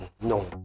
No